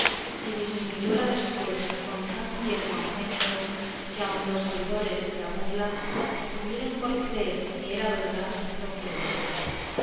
y diminuyóla después con tan tierno acento que aun los sabidores de la burla estuvieron por creer que era verdad lo que oían